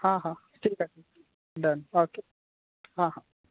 हा हा ठीकु आहे ठीकु आहे डन ओके हा हा